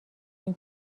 این